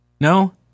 No